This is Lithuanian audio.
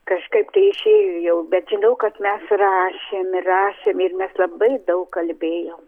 kažkaip tai išėjo jau bet žinau kad mes rašėm rašėm ir mes labai daug kalbėjom